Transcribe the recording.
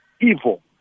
evil